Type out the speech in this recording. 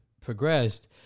progressed